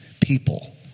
people